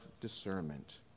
discernment